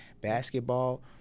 basketball